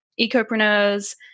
ecopreneurs